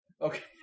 okay